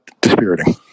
dispiriting